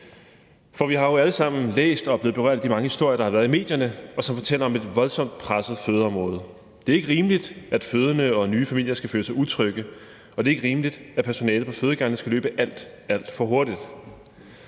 om. Vi har alle sammen læst og er blevet berørt af de mange historier, der har været i medierne, og som fortæller om et voldsomt presset fødeområde. Det er ikke rimeligt, at fødende og nye familier skal føle sig utrygge, og det er ikke rimeligt, at personalet på fødegangene skal løbe alt, alt for hurtigt.